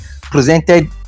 presented